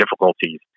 difficulties